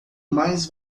mais